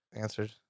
answered